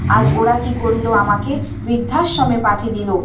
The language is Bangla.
আজ ওরা কী করল আমাকে বৃদ্ধাশ্রমে পাঠিয়ে দিল